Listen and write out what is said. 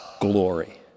glory